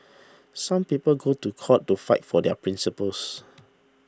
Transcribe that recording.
some people go to court to fight for their principles